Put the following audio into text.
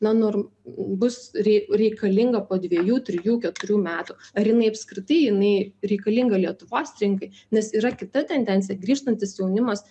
na norm bus rei reikalinga po dviejų trijų keturių metų ar jinai apskritai jinai reikalinga lietuvos rinkai nes yra kita tendencija grįžtantis jaunimas